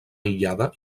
aïllada